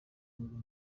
n’uyu